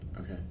Okay